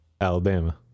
Alabama